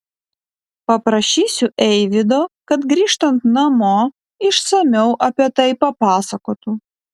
paprašysiu eivydo kad grįžtant namo išsamiau apie tai papasakotų